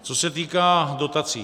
Co se týká dotací.